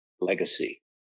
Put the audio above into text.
legacy